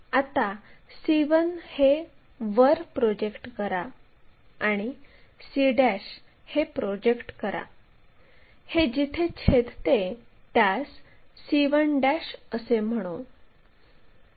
आता c1 हे वर प्रोजेक्ट करा आणि c प्रोजेक्ट करा हे जिथे छेदते त्यास c1 असे म्हणू